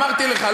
אמרתי לך,